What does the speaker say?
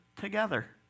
together